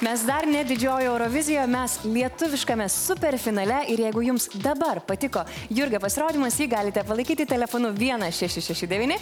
mes dar ne didžiojoje eurovizijoje mes lietuviškame superfinale ir jeigu jums dabar patiko jurgio pasirodymas jį galite palaikyti telefonu vienas šeši šeši devyni